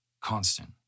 Constant